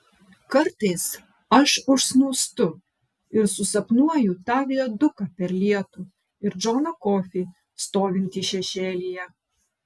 kartais aš užsnūstu ir susapnuoju tą viaduką per lietų ir džoną kofį stovintį šešėlyje